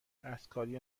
دستکاری